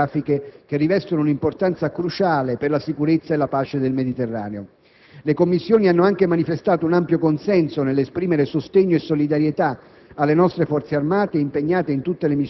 più che mai quando questo accade in aree geografiche che rivestono un'importanza cruciale per la sicurezza e la pace nel Mediterraneo. Le Commissioni hanno anche manifestato un ampio consenso nell'esprimere sostegno e solidarietà